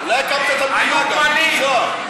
אולי הקמת את המדינה גם, מיקי זוהר.